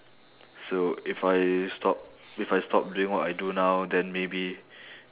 so if I stop if I stop doing what I do now then maybe